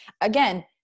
again